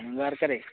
ନୂଆ ବର୍ଷରେ